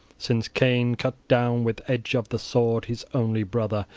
since cain cut down with edge of the sword his only brother,